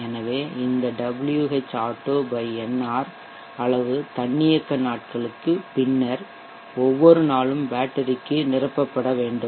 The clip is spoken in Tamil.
எனவே இந்த Whauto nr அளவு தன்னியக்க நாட்களுக்குப் பின்னர் ஒவ்வொரு நாளும் பேட்டரிக்கு நிரப்பப்பட வேண்டும்